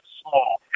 small